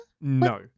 No